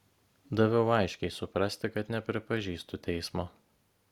daviau aiškiai suprasti kad nepripažįstu teismo